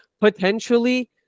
potentially